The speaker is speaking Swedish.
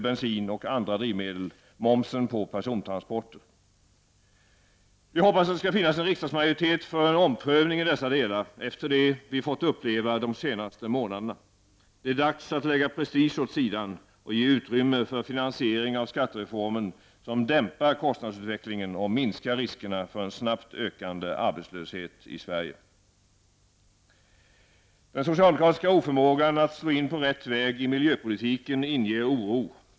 bensin och andra drivmedel samt momsen på persontransporter. Efter det vi har fått uppleva de senaste månaderna hoppas vi i centern att det skall finnas en riksdagsmajoritet för en omprövning i dessa delar. Det är dags att lägga prestige åt sidan och ge utrymme för en finansiering av skattereformen som dämpar kostnadsutvecklingen och minskar riskerna för en snabbt ökande arbetslöshet i Sverige. Den socialdemokratiska oförmågan att slå in på rätt väg i miljöpolitiken inger oro.